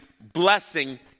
blessing